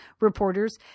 reporters